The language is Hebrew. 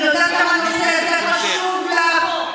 אני יודעת כמה הנושא הזה חשוב לך.